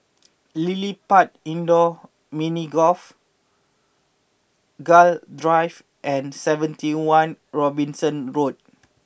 LilliPutt Indoor Mini Golf Gul Drive and seventy one Robinson Road